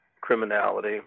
criminality